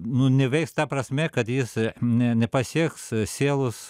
nu neveiks ta prasme kad jis ne nepasieks sielos